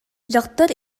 дьахтар